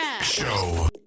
Show